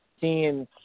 seeing